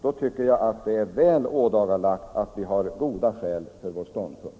Därmed tycker jag det är väl ådagalagt att vi har goda skäl för vår ståndpunkt.